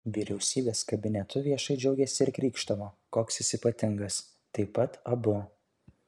vyriausybės kabinetu viešai džiaugėsi ir krykštavo koks jis ypatingas taip pat abu